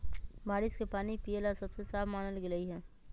बारिश के पानी पिये ला सबसे साफ मानल गेलई ह